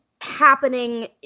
happening